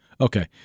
Okay